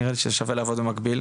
נראה לי ששווה לעבוד במקביל,